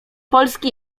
polski